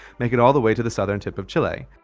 make it all the way to the southern tip of chile.